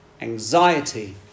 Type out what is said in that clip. anxiety